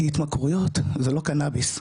כי התמכרויות זה לא קנאביס,